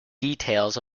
details